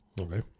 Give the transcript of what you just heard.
Okay